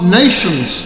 nations